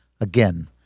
Again